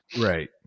right